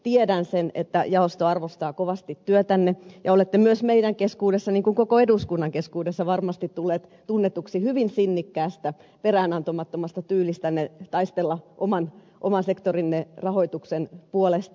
tiedän sen että jaosto arvostaa kovasti työtänne ja olette myös meidän keskuudessamme niin kuin koko eduskunnan keskuudessa varmasti tullut tunnetuksi hyvin sinnikkäästä peräänantamattomasta tyylistänne taistella oman sektorinne rahoituksen puolesta